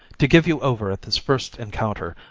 to give you over at this first encounter,